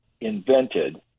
invented